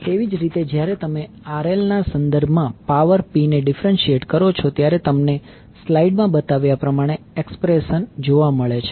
તેવી જ રીતે જ્યારે તમે RL ના સંદર્ભમાં પાવર P ને ડીફરન્શીએટ કરો છો ત્યારે તમને સ્લાઇડમાં બતાવ્યા પ્રમાણે એક્સપ્રેશન જોવા મળે છે